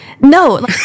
no